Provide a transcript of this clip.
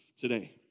today